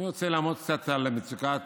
אני רוצה לעמוד קצת על מצוקת